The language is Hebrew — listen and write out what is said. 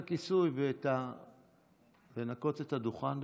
את הכיסוי ולנקות את הדוכן,